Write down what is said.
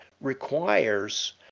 requires